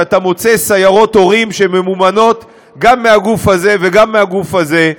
שאתה מוצא סיירות הורים שממומנות גם מהגוף הזה וגם מהגוף הזה,